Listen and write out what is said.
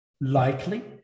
Likely